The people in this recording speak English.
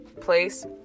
place